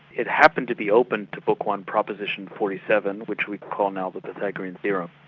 it happened to be open to book one, proposition forty seven, which we'd call now the pythagorean theorem,